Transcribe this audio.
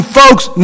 folks